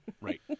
Right